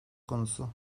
konusu